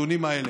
הנתונים האלה.